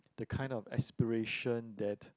the kind of aspiration that